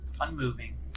unmoving